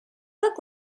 look